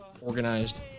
organized